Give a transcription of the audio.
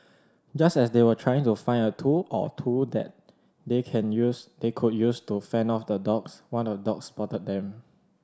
just as they were trying to find a tool or two that they can use they could use to fend off the dogs one of the dogs spotted them